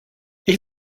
ich